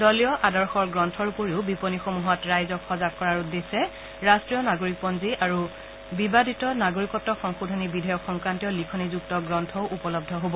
দলীয় আদৰ্শৰ গ্ৰন্থৰ উপৰিও বিপনীসমূহত ৰাইজক সজাগ কৰাৰ উদ্দেশ্যে ৰাষ্ট্ৰীয় নাগৰিকপঞ্জী আৰু বিবাদিত নাগৰিকত্ব সংশোধনী বিধেয়ক সংক্ৰান্তীয় লিখনীযুক্ত গ্ৰন্থও উপলৰূ হব